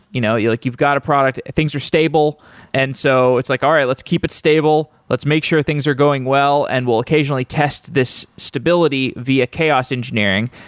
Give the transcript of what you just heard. you know yeah like you've got a product, things are stable and so it's like, all right. let's keep it stable. let's make sure things are going well, and we'll occasionally test this stability via chaos engineering.